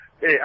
Hey